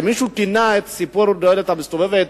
הרי מישהו כינה את העניין סיפור הדלת המסתובבת.